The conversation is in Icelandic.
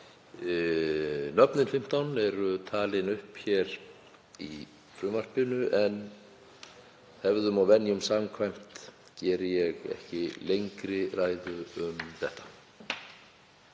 Nöfnin 15 eru talin upp hér í frumvarpinu, en hefðum og venjum samkvæmt geri ég ekki lengri ræðu um þetta.